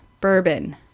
bourbon